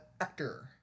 actor